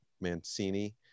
Mancini